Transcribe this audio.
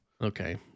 Okay